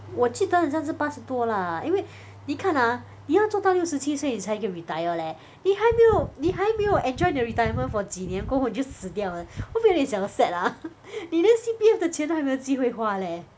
我记得很像是八十多 lah 因为你看 ah 你要做到六十七岁你才可以 retire leh 你还没有你还没有 enjoy 你的 retirement for 几年过后你就死掉了会不会有点小 sad ah 你连 C_P_F 的钱都还没有机会花 leh